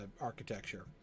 architecture